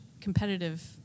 competitive